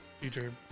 future